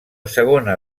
segona